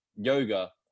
yoga